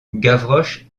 gavroche